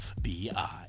FBI